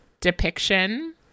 depiction